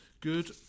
Good